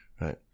right